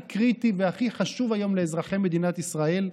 קריטי והכי חשוב היום של מדינת ישראל.